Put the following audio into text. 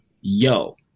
Yo